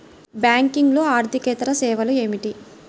బ్యాంకింగ్లో అర్దికేతర సేవలు ఏమిటీ?